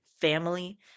family